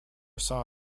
saw